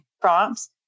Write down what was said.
prompts